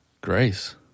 grace